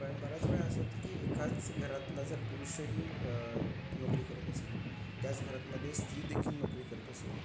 पण बराच वेळा असं होतं की एकाच घरातला जर पुरुषही नोकरी करत असेल त्याच घरातमध्ये स्त्रीदेखील नोकरी करत असेल